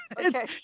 Okay